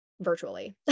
virtually